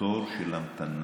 התור של ההמתנה